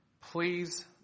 please